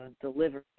delivery